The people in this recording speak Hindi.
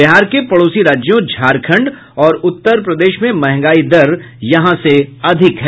बिहार के पड़ोसी राज्यों झारखण्ड और उत्तर प्रदेश में महंगाई दर यहां से अधिक है